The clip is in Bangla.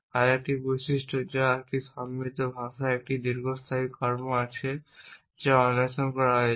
আরেকটি বৈশিষ্ট্য যা একটি সমৃদ্ধ ভাষা একটি দীর্ঘস্থায়ী কর্ম আছে যা অন্বেষণ করা হয়েছে